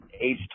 Age